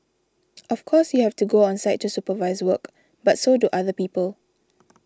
of course you have to go on site to supervise work but so do other people